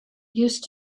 used